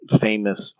famous